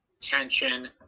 tension